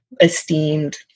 esteemed